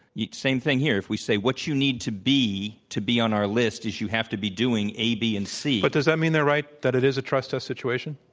same thing here. if we say, what you need to be to be on our list is you have to be doing a, b and c. but does that mean they're right, that it is a trust us situation?